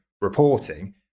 reporting